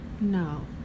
No